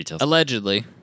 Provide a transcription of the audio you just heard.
Allegedly